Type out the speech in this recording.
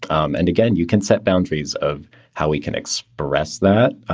um and again, you can set boundaries of how we can express that,